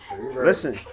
listen